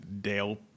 Dale